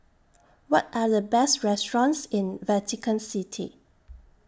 What Are The Best restaurants in Vatican City